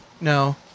No